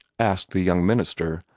asked the young minister,